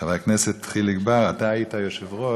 חבר הכנסת חיליק בר, אתה היית היושב-ראש